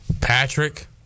patrick